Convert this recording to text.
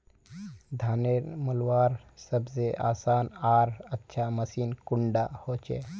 धानेर मलवार सबसे आसान आर अच्छा मशीन कुन डा होचए?